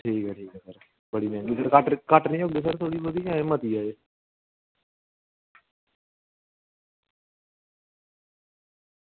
ठीक ऐ ठीक सर बड़ी मेहरबानी जां मती ऐ एह्